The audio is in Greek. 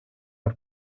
από